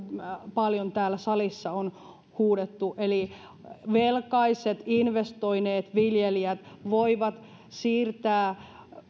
paljon täällä salissa on huudettu eli velkaiset investoineet viljelijät voivat siirtää